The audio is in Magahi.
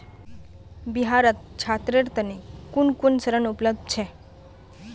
बिहारत छात्रेर तने कुन कुन ऋण उपलब्ध छे